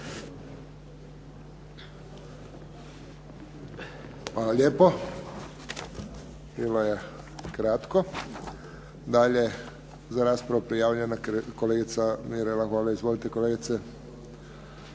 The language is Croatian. Hvala lijepo. Bilo je kratko. Dalje je za raspravu prijavljena kolegica Mirela Holy. Izvolite kolegice.